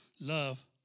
love